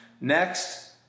Next